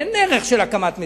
אין ערך של הקמת מדינה.